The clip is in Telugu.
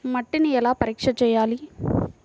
మట్టిని ఎలా పరీక్ష చేయాలి?